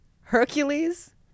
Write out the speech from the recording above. Hercules